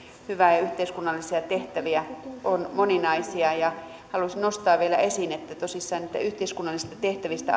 hyvää ja yhteiskunnallisia tehtäviä on moninaisia halusin nostaa vielä esiin että on tosissaan ajateltu että yhteiskunnallisista tehtävistä